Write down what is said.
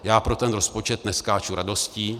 Já pro ten rozpočet neskáču radostí.